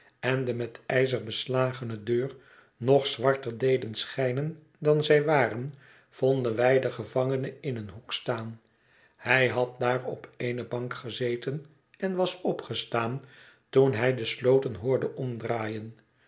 en de met ijzer beslagene deur nog zwarter deden schijnen dan zij waren vonden wij den gevangene in een hoek staan hij had daar op eene bank gezeten en was opgestaan toen hij de sloten hoorde omdraaien